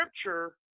scripture